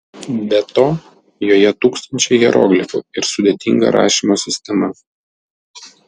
be to joje tūkstančiai hieroglifų ir sudėtinga rašymo sistema